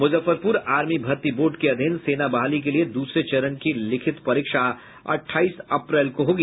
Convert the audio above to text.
Muzaffarpur army भर्ती board के अधीन सेना बहाली के लिये दूसरे चरण की लिखित परीक्षा अठाईस अप्रैल को होगी